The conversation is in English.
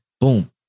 Boom